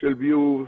של ביוב,